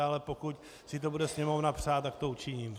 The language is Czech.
Ale pokud si to bude Sněmovna přát, tak to učiním.